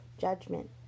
judgment